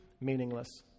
Meaningless